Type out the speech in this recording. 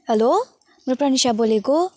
hello म प्रनिसा बोलेको